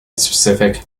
specific